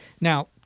Now